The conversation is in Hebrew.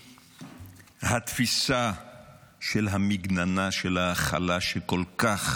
מהתפיסה של המגננה, של ההכלה, שכל כך